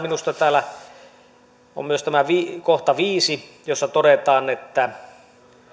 minusta varsinkin hyvä on täällä tämä kohta viisi jossa todetaan että